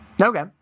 okay